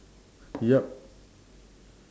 yup